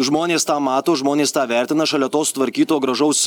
žmonės tą mato žmonės tą vertina šalia to sutvarkyto gražaus